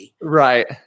Right